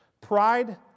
Pride